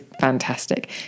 fantastic